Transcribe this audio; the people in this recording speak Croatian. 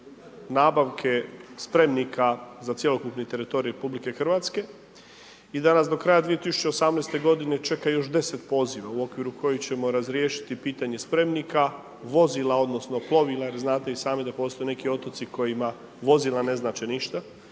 nabavke spremnika za cjelokupni teritorij RH i da nas do kraja 2018. godine čeka još 10 poziva u okviru kojih ćemo razriješiti pitanje spremnika, vozila, odnosno plovila jer znate i sami da postoje neki otoci kojima vozila ne znače ništa,